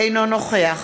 אינו נוכח